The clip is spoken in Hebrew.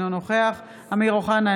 אינו נוכח אמיר אוחנה,